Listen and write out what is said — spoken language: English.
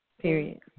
period